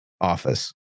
office